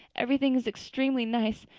everything is extremely nice,